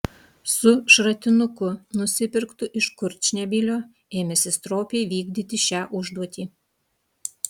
su šratinuku nusipirktu iš kurčnebylio ėmėsi stropiai vykdyti šią užduotį